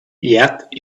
yet